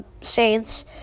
Saints